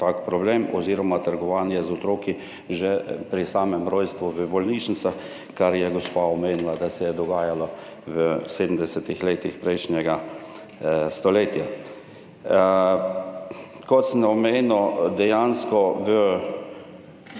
tak problem oziroma trgovanje z otroki že pri samem rojstvu v bolnišnicah, kar je gospa omenila, da se je dogajalo v 70. letih prejšnjega stoletja. Kot sem omenil, dejansko v